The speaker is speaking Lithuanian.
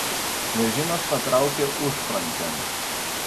vežimas patraukė užfrontėn